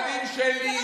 על הילדים שלי.